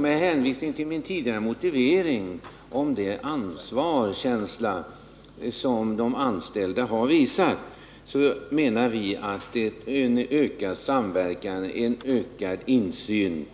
Med hänvisning till min tidigare motivering och den ansvarskänsla som de anställda har visat sig ha menar jag att en ökad samverkan och ökad insyn